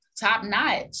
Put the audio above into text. top-notch